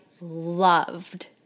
loved